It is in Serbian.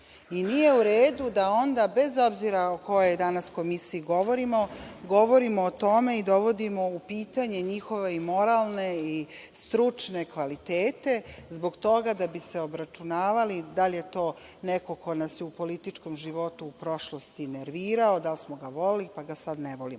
Nije u redu da onda, bez obzira o kojoj danas komisiji govorimo, govorimo o tome i dovodimo u pitanje njihove i moralne i stručne kvalitete zbog toga da bi se obračunavali da li je to neko ko nas je u političkom životu u prošlosti nervirao, da li smo ga voleli, pa ga sad ne volimo.